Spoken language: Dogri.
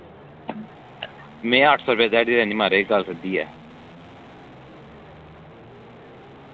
में अट्ठ सौ रपेआ ध्याड़ी लैनी ऐ गल्ल सिद्धी ऐ